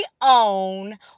own